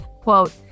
quote